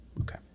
okay